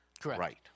Correct